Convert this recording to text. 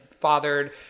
fathered